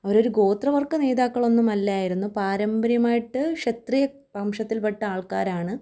അവരൊരു ഗോത്രവർഗ്ഗ നേതാക്കളൊന്നുമല്ലായിരുന്നു പാരമ്പര്യമായിട്ടു ക്ഷത്രീയ വംശത്തിൽപ്പെട്ടാൾക്കാരാണ്